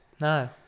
no